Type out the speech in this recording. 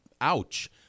ouch